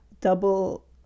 double